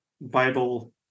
Bible